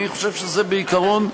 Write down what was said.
אני חושב שזה בעיקרון,